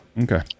Okay